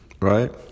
right